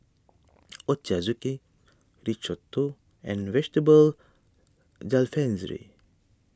Ochazuke Risotto and Vegetable Jalfrezi